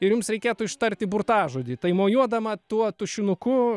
ir jums reikėtų ištarti burtažodį tai mojuodama tuo tušinuku